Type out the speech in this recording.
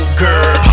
girl